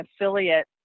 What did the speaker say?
affiliate